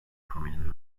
prominent